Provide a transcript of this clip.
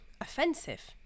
offensive